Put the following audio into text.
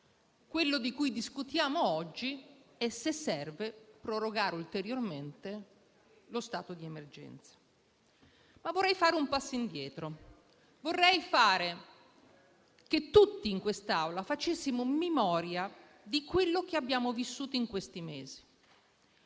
Quello di cui discutiamo oggi è se serve prorogare ulteriormente lo stato d'emergenza. Vorrei fare un passo indietro, in modo che tutti in quest'Aula facessimo memoria di quello che abbiamo vissuto in questi mesi,